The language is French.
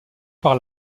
par